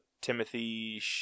Timothy